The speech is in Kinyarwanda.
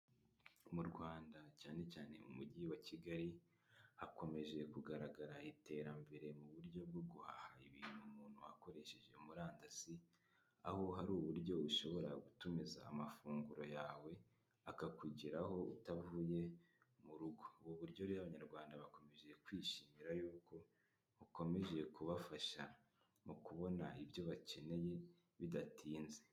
Mu Rwanda cyane cyane mu mujyi wa Kigali, hakomeje kugaragara iterambere mu buryo bwo guhaha ibintu umuntu akoresheje murandasi, aho hari uburyo ushobora gutumiza amafunguro yawe, akakugeraho utavuye mu rugo. Ubu buryo rero abanyarwanda bakomeje kwishimira yuko bukomeje kubafasha mu kubona ibyo bakeneye bidatinze.